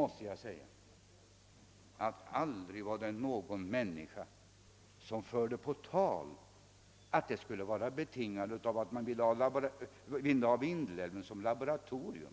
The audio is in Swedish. Då var det emellertid inte någon som förde på tal att denna förläggning skulle vara betingad av att man ville utnyttja Vindelälven som forskningscbjekt.